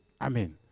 Amen